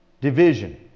division